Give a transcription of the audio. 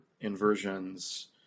inversions